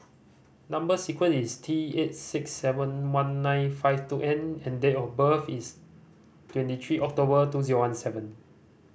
number sequence is T eight six seven one nine five two N and date of birth is twenty three October two zero one seven